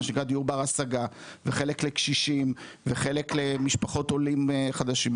מה שנקרא דיור בר השגה וחלק לקשישים וחלק לעולים חדשים,